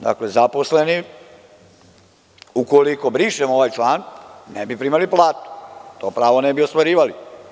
Dakle, zaposleni, ukoliko brišemo ovaj član, ne bi primali plate, to pravo ne bi ostvarivali.